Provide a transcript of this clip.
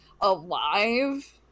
alive